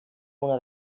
una